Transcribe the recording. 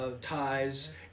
ties